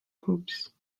groups